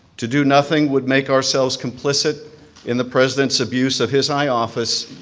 to do nothing would make ourselves complicit in the president's abuse of his high office,